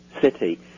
city